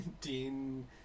Dean